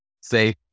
Say